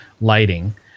lighting